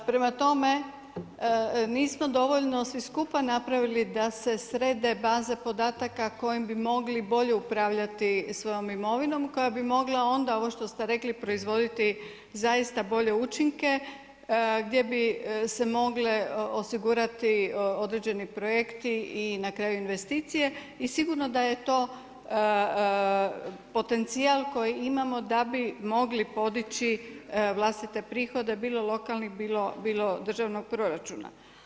Prema tome, nismo dovoljno svi skupa napravili da se srede baze podataka kojim bi mogli bolje upravljati svojom imovinom koja bi mogla onda ovo što ste rekli, proizvoditi zaista bolje učinke gdje bi se mogle osigurati određeni projekti i na kraju investicije i sigurno da je to potencijal koji imamo da bi mogli podići vlastite prihode bilo lokalnih, bilo državnog proračuna.